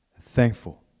thankful